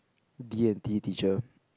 D-and-T teacher